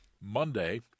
Monday